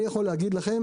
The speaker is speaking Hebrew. אני יכול להגיד לכם